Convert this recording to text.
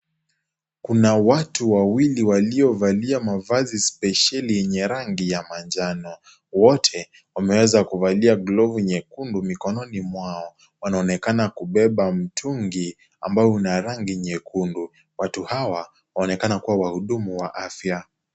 Kuna watu wawili waliovalia mavazi sipesheli yenye rangi ya manjano. Wote wameweza kuvalia glovu nyekundu mikononi mwao. Wanaonekana kubeba mtungi ambao una rangi nyekundu . Watu hawa wanaonekana kuwa wahudumu wa afya.